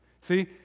See